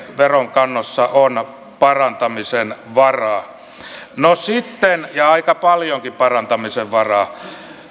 veronkannossa on parantamisen varaa ja aika paljonkin parantamisen varaa